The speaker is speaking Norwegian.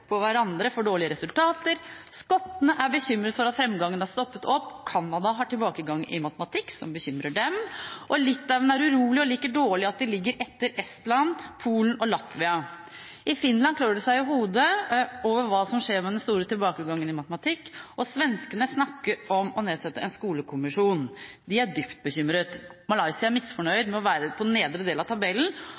på hverandre for dårlige resultater. Skottene er bekymret for at framgangen har stoppet opp. Canada har tilbakegang i matematikk, som bekymrer dem. Litauen er urolig og liker dårlig at de ligger etter Estland, Polen og Latvia. I Finland klør de seg i hodet over hva som skjer med den store tilbakegangen i matematikk. Svenskene snakker om å nedsette en skolekommisjon – de er dypt bekymret. Malaysia er misfornøyd med å være på den nedre del av tabellen,